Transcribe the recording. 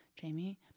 jamie